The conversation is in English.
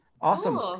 Awesome